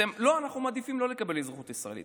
לא, אנחנו מעדיפים לא לקבל אזרחות ישראלית.